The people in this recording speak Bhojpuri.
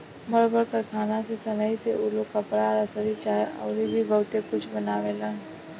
बड़ बड़ कारखाना में सनइ से उ लोग कपड़ा, रसरी चाहे अउर भी बहुते कुछ बनावेलन